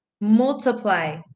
multiply